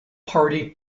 party